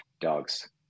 Dogs